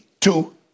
Two